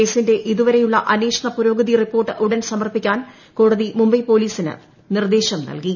കേസിന്റെ ഇതുവരെയുള്ള അന്വേഷണ പുരോഗതി റിപ്പോർട്ട് ഉടൻ സമർപ്പിക്കാൻ കോടതി മുംബൈ പോലീസിന് നിർദേശം നൽകി